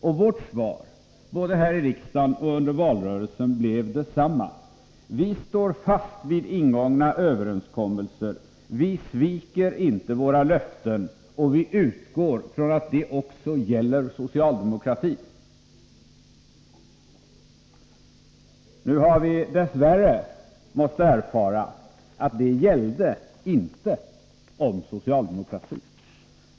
Och vårt svar både här i riksdagen och under valrörelsen blev detsamma: Vi står fast vid ingångna överenskommelser, vi sviker inte våra löften, och vi utgår från att det också gäller socialdemokratin. Nu har vi dess värre måst erfara att det inte gällde socialdemokratin.